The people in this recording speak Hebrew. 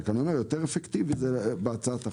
אני רק אומר שזה יהיה יותר אפקטיבי אם זה יהיה הצעת חוק.